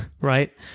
Right